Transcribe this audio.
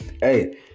Hey